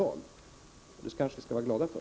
Det skall vi kanske vara glada för.